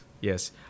yes